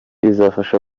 izafasha